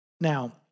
Now